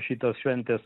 šitos šventės